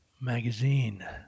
magazine